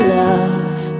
love